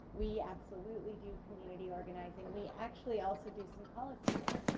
we absolutely do community organizing. we actually also do some policy work.